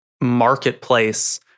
marketplace